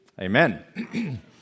Amen